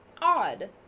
odd